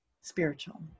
Spiritual